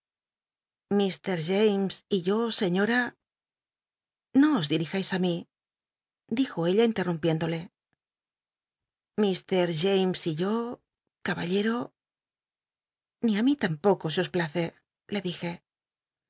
james y yo señor r no os dirijais ü mí dijo ella internrmpiénuolc mr james y yo caballero i'ii ú mi tampoco os place le elije